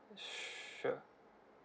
sure